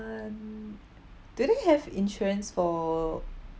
um do they have insurance for